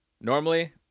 normally